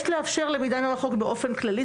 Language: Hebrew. יש לאפשר למידה מרחוק באופן כללי.